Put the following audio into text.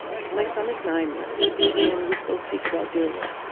my son is nine now and we still speak about doing it.